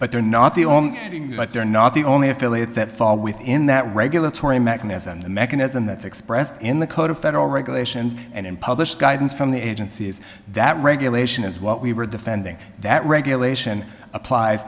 but they're not the only but they're not the only affiliates that fall within that regulatory mechanism the mechanism that's expressed in the code of federal regulations and in published guidance from the agency is that regulation is what we were defending that regulation appl